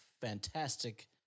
fantastic